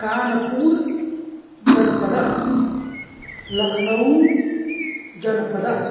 कानपुरजनपदः लख्नौजनपदः